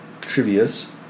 trivias